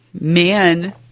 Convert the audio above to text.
man